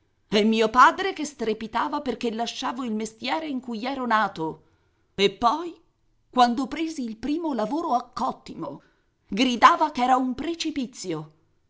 e mio padre che strepitava perché lasciavo il mestiere in cui ero nato e poi quando presi il primo lavoro a cottimo gridava ch'era un precipizio